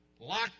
locked